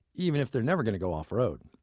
even if they're never going to go off road.